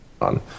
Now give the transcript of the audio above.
on